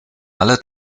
alle